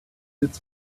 its